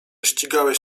ścigałeś